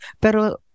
Pero